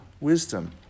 wisdom